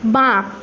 বাঁ